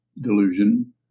delusion